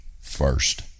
first